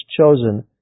chosen